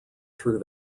through